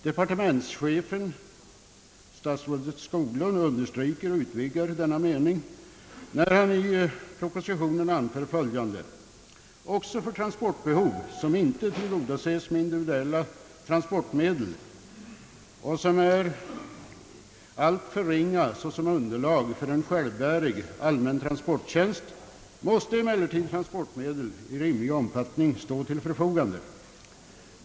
Departementschefen statsrådet Skoglund understryker och utvidgar denna mening, när han i propositionen anför följande: »Också för transportbehov, som inte tillgodoses med individuella transportmedel och som är alltför ringa såsom underlag för en självbärig allmän transporttjänst, måste emellertid transportmedel i rimlig omfattning stå till förfogande.